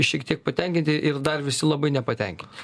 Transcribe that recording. šiek tiek patenkinti ir dar visi labai nepatenkinti